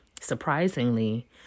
surprisingly